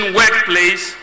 workplace